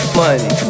money